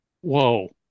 whoa